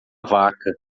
vaca